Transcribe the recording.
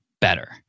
better